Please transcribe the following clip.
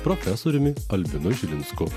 profesoriumi albinu žilinsku